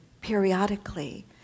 periodically